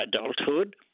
adulthood